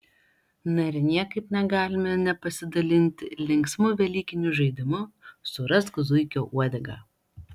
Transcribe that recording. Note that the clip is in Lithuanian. na ir niekaip negalime nepasidalinti linksmu velykiniu žaidimu surask zuikio uodegą